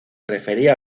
refería